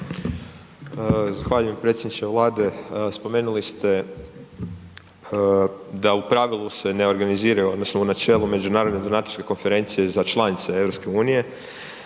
Zahvaljujem. Predsjedniče vlade, spomenuli se da u pravilu se ne organiziraju odnosno u načelu međunarodne donatorske konferencije za članice EU